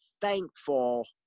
thankful